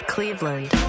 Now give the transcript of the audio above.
Cleveland